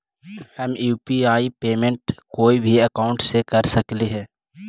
हम UPI payment कोई भी अकाउंट से कर सकली हे?